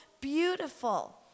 beautiful